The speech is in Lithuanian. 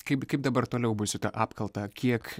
kaip kaip dabar toliau bus su ta apkalta kiek